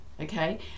Okay